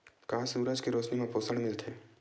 का सूरज के रोशनी म पोषण मिलथे?